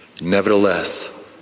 Nevertheless